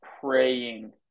praying